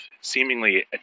seemingly